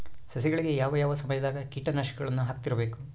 ಸಸಿಗಳಿಗೆ ಯಾವ ಯಾವ ಸಮಯದಾಗ ಕೇಟನಾಶಕಗಳನ್ನು ಹಾಕ್ತಿರಬೇಕು?